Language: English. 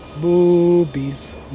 boobies